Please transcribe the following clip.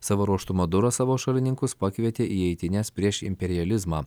savo ruožtu maduras savo šalininkus pakvietė į eitynes prieš imperializmą